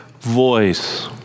voice